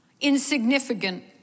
insignificant